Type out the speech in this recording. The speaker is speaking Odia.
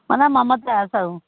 ମୋ ନା ମମତା ସାହୁ